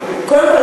קודם כול,